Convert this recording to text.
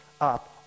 up